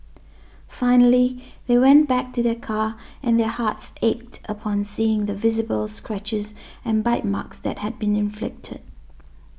finally they went back to their car and their hearts ached upon seeing the visible scratches and bite marks that had been inflicted